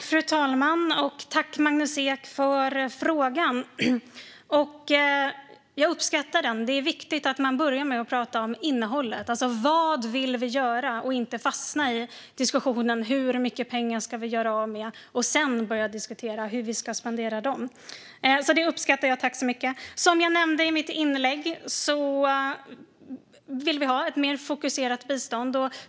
Fru talman! Tack, Magnus Ek, för frågan! Jag uppskattar den. Det är viktigt att man börjar att tala om innehållet, vad vi vill göra, och inte fastnar i diskussionen om hur mycket pengar vi ska göra av med och sedan börjar diskutera hur vi ska spendera dem. Det uppskattar jag. Som jag nämnde i mitt inlägg vill vi ha ett mer fokuserat bistånd.